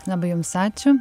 labai jums ačiū